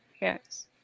Yes